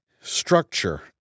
structure